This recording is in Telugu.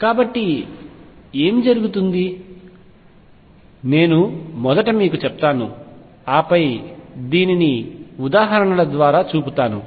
కాబట్టి ఏమి జరుగుతుంది నేను మొదట మీకు చెప్తాను ఆపై దీనిని ఉదాహరణల ద్వారా చూపుతాను